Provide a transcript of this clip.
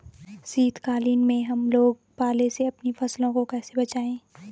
शीतकालीन में हम लोग पाले से अपनी फसलों को कैसे बचाएं?